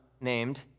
named